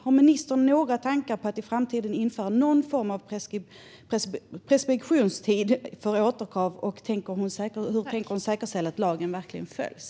Har ministern några tankar på att i framtiden införa någon form av preskriptionstid för återkrav? Hur tänker hon säkerställa att lagen verkligen följs?